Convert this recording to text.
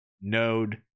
node